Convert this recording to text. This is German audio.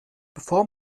bevor